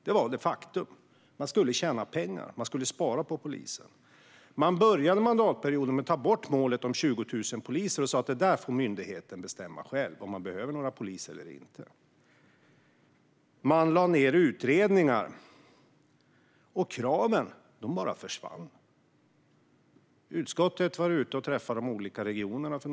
Det var ett faktum att man skulle tjäna pengar och spara på polisen. Regeringen började mandatperioden med att ta bort målet om 20 000 poliser och sa att myndigheten själv får bestämma om man behöver några poliser eller inte. Utredningar lades ned, och kraven bara försvann. Utskottet var för något år sedan ute och träffade de olika regionerna.